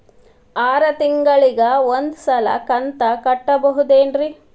ಆರ ತಿಂಗಳಿಗ ಒಂದ್ ಸಲ ಕಂತ ಕಟ್ಟಬಹುದೇನ್ರಿ?